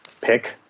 pick